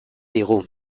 digu